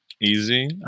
easy